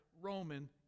Roman